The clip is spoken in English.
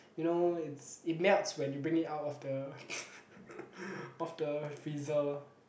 you know it's it melts when you bring it out of the of the freezer